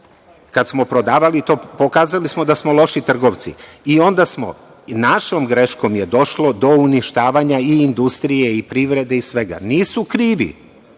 smo prodavali, pokazali smo da smo loši trgovci i onda smo, našom greškom je došlo do uništavanja i industrije i privrede i svega, nisu krivi